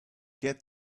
get